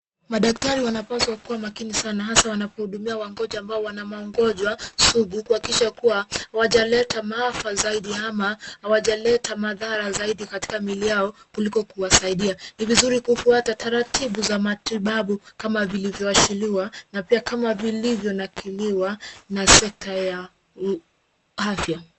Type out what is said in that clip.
Madaktari wanapaswa kuwa makini sana wanapowahudumia wagonjwa, hasa wale wenye magonjwa sugu, ili kuhakikisha hawasababishii madhara au maafa zaidi badala ya kuwasaidia. Ni muhimu kufuata taratibu za matibabu pamoja na viwango vya sheria na vile vilivyowekwa na sekta ya afya.